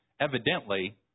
evidently